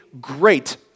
great